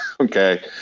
Okay